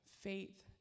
Faith